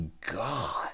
god